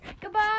goodbye